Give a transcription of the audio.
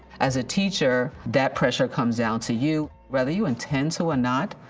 as a teacher, that pressure comes down to you whether you intend to or not,